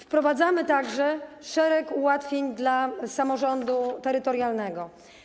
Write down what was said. Wprowadzamy także szereg ułatwień dla samorządu terytorialnego.